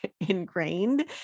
ingrained